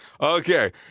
Okay